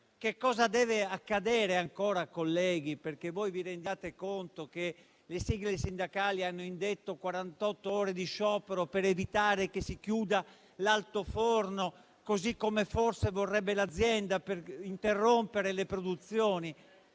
Cosa deve accadere ancora, colleghi, perché voi vi rendiate conto che le sigle sindacali hanno indetto quarantott'ore di sciopero per evitare che si chiuda l'altoforno, così come forse vorrebbe l'azienda, per interrompere le produzioni?